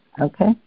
okay